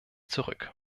zurück